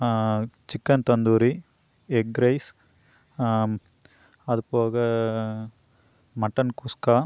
chicken tandoori egg rice அது போக mutton kuska